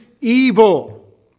evil